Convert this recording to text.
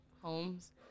homes